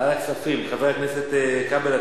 חבר הכנסת כבל,